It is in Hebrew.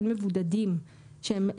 אין מבודדים שהם לא מאומתים.